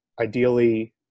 ideally